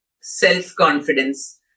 self-confidence